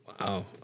wow